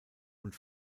und